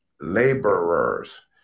Laborers